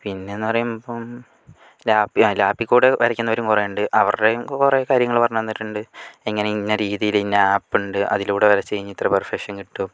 പിന്നെ എന്ന് പറയുമ്പം ലാപ്പ് ആ ലാപ്പിൽ കൂടി വരയ്ക്കുന്നവരും കുറെ ഉണ്ട് അവരുടെയും കുറേ കാര്യങ്ങൾ പറഞ്ഞു തന്നിട്ടുണ്ട് ഇങ്ങനെ ഇന്ന രീതിയിൽ ഇന്ന ഏപ്പ് ഉണ്ട് അതിലൂടെ വരച്ചു കഴിഞ്ഞാൽ ഇത്ര പെർഫെക്ഷൻ കിട്ടും